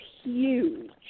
huge